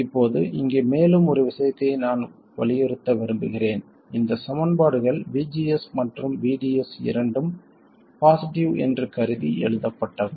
இப்போது இங்கு மேலும் ஒரு விஷயத்தை நான் வலியுறுத்த விரும்புகிறேன் இந்த சமன்பாடுகள் VGS மற்றும் VDS இரண்டும் பாசிட்டிவ் என்று கருதி எழுதப்பட்டவை